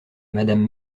madame